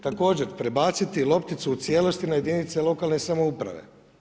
Također prebaciti lopticu u cijelosti na jedinice lokalne samouprave.